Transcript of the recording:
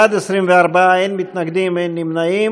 בעד, 24, אין מתנגדים, אין נמנעים.